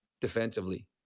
defensively